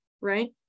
right